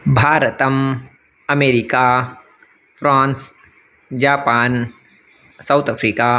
भारतम् America France Japan South Africa